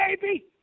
baby